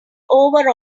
over